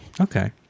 Okay